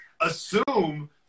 assume